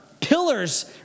pillars